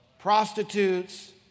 prostitutes